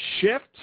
Shift